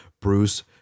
Bruce